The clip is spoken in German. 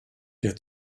der